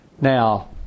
Now